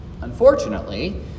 Unfortunately